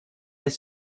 his